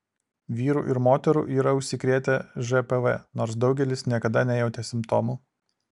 vyrų ir moterų yra užsikrėtę žpv nors daugelis niekada nejautė simptomų